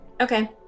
Okay